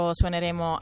suoneremo